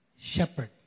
Shepherd